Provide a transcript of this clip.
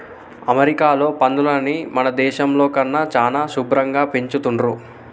అమెరికాలో పందులని మన దేశంలో కన్నా చానా శుభ్భరంగా పెంచుతున్రు